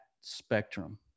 spectrum